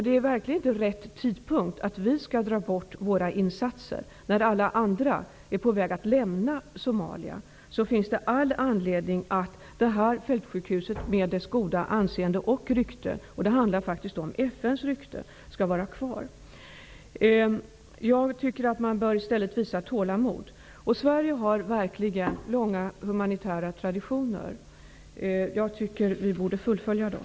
Det är verkligen inte rätt tidpunkt att dra tillbaka våra insatser när alla andra är på väg att lämna Somalia. Då finns det all anledning att detta fältsjukhus med dess goda anseende och rykte -- det handlar faktiskt om FN:s rykte -- skall vara kvar. Jag tycker att man i stället bör visa tålamod. Sverige har verkligen humanitära traditioner som går långt tillbaka i tiden. Jag tycker att vi borde fullfölja dem.